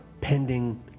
Pending